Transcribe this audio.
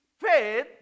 faith